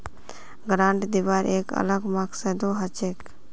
grant दिबार एक अलग मकसदो हछेक